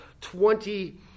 twenty